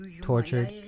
tortured